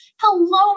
hello